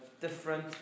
different